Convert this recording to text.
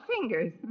fingers